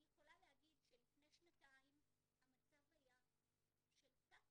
אני יכולה להגיד שלפני שנתיים המצב היה של תת